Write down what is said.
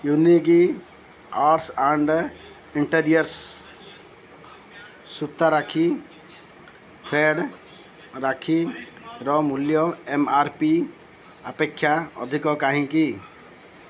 unique arts and interiors ସୁତା ରାକ୍ଷୀ thread ରାକ୍ଷୀର ମୂଲ୍ୟ ଏମ୍ ଆର ପି ଅପେକ୍ଷା ଅଧିକ କାହିଁକି